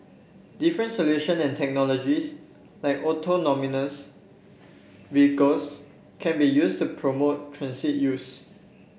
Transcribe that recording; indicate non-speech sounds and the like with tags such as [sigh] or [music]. different solutions and technologies like [unintelligible] vehicles can be used to promote transit use